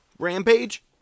Rampage